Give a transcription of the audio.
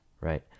right